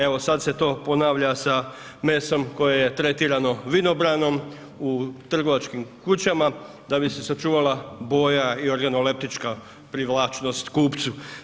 Evo sada se to ponavlja sa mesom koje je tretirano vinobranom u trgovačkim kućama da bi se sačuvala boja i organoleptička privlačnost kupcu.